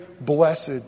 blessed